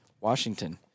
Washington